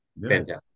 fantastic